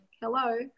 hello